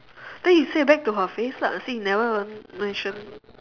then you say back to her face lah say you never mention